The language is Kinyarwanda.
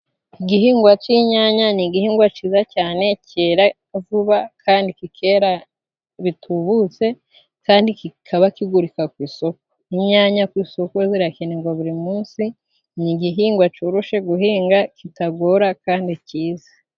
Igihingwa cy'inyanya ni igihingwa ciza cyane cyera vuba kandi kikera bitubutse kandi kikaba kigurika ku isoko. Inyanya ku isoko zirakenegwa buri munsi, ni igihingwa coroshe guhinga kitagora kandi cyiza.